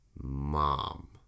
Mom